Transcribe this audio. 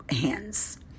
hands